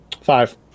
five